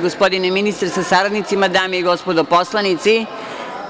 Gospodine ministre sa saradnicima, dame i gospodo narodni poslanici,